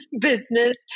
business